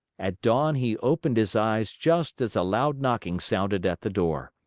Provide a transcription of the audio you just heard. at dawn he opened his eyes just as a loud knocking sounded at the door.